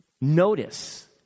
Notice